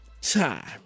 time